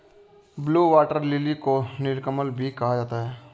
blue water lily को नीलकमल भी कहा जाता है